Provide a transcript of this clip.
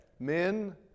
Men